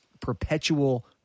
perpetual